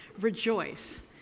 Rejoice